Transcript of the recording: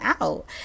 out